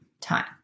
time